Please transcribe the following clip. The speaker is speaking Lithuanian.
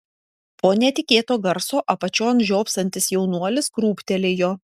po netikėto garso apačion žiopsantis jaunuolis krūptelėjo